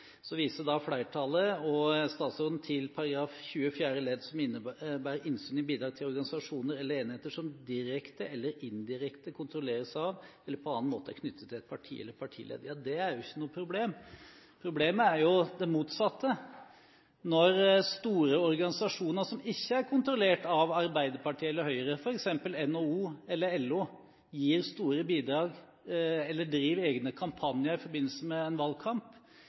Så viser flertallet og statsråden til § 20 fjerde ledd som innebærer innsyn i «Bidrag til organisasjoner eller enheter som direkte eller indirekte kontrolleres av eller på annen måte er knyttet til parti eller partiledd». Det er ikke noe problem. Problemet er jo det motsatte, når store organisasjoner som ikke er kontrollert av Arbeiderpartiet eller Høyre, f.eks. NHO eller LO, gir store bidrag eller driver egne kampanjer i forbindelse med en valgkamp.